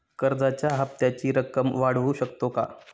कर्जाच्या हप्त्याची रक्कम वाढवू शकतो का?